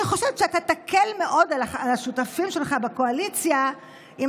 אני חושבת שאתה תקל מאוד על השותפים שלך בקואליציה אם